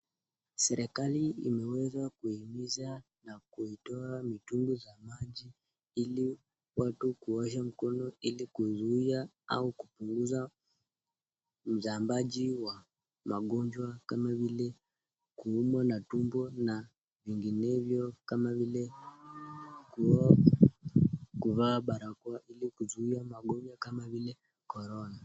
Serikali imeweza kuhimiza na kuitoa mitungi za maji ili watu kuosha mkono ili kuzuia au kupunguza usambazaji wa magonjwa kama vile kuumwa na tumbo na vinginevyo kama vile kuvaa barakoa ili kuzuia magonjwa kama vile corona.